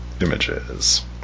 images